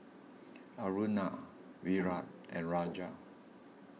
Aruna Virat and Raja